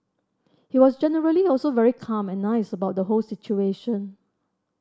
he was generally also very calm and nice about the whole situation